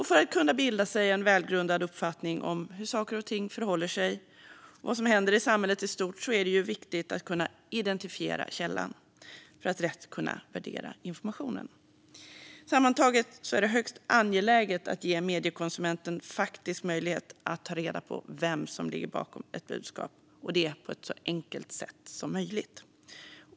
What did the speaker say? För att kunna bilda sig en välgrundad uppfattning om hur saker och ting förhåller sig och vad som händer i samhället i stort är det viktigt att kunna identifiera källan för att rätt kunna värdera informationen. Sammantaget är det högst angeläget att ge mediekonsumenten faktisk möjlighet att ta reda på vem som ligger bakom ett budskap, och det på ett så enkelt sätt som möjligt.